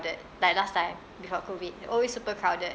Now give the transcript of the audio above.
like last time before COVID always super crowded